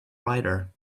rider